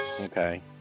Okay